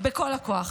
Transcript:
בכל הכוח.